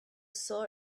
saw